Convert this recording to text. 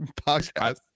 podcast